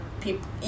people